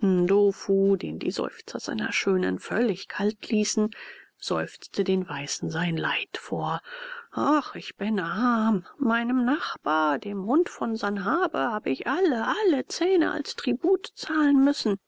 den die seufzer seiner schönen völlig kalt ließen seufzte den weißen sein leid vor ach ich bin arm meinem nachbar dem hund von sanhabe habe ich alle alle zähne als tribut zahlen müssen